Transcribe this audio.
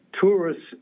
tourists